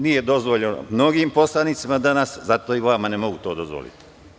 Nije dozvoljeno mnogim poslanicima danas, zato ni vama ne mogu to dozvoliti.